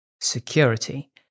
security